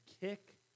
kick